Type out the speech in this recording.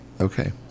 Okay